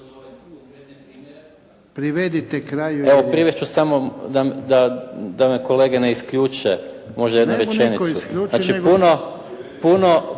Gordan (SDP)** Evo privest ću, samo da me kolege ne isključe. Možda jednu rečenicu. Znači puno